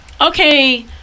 Okay